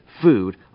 food